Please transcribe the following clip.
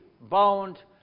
bound